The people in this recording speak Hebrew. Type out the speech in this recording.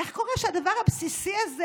איך קורה שהדבר הבסיסי הזה,